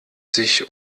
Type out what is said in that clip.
sich